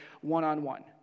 one-on-one